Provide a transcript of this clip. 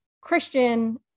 Christian